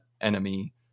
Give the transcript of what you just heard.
enemy